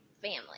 family